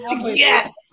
yes